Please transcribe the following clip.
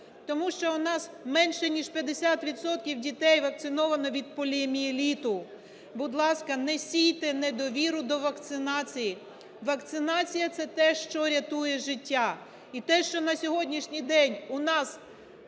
тому що в нас менше ніж 50 відсотків дітей вакциновано від поліомієліту. Будь ласка, не сійте недовіру до вакцинації. Вакцинація – це те, що рятує життя і те, що на сьогоднішній день у нас